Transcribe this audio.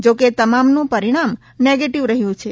જેકે તમામનુ પરિણામ નેગેટીવ રહ્યુ છે